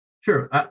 Sure